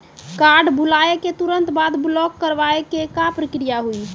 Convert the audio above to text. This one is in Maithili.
कार्ड भुलाए के तुरंत बाद ब्लॉक करवाए के का प्रक्रिया हुई?